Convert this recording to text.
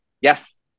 Yes